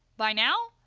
by now,